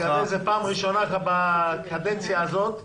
לדעתי זו פעם ראשונה בקדנציה הזאת,